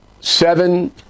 Seven